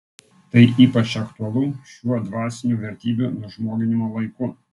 tai ypač aktualu šiuo dvasinių vertybių nužmoginimo laiku